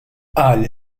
qal